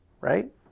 right